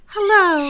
Hello